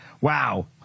wow